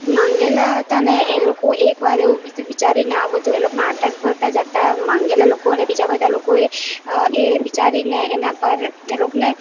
માંગેલા હતા ને એ લોકો એકવાર એવું વિચારીને આ બધું એ લોકો નાટક ભજવતાં જતા માંગેલા લોકોને બીજા બધા લોકોએ એ વિચારીને એના પર એ લોકોને